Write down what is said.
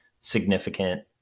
significant